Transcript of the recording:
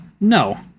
No